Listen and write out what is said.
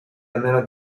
almeno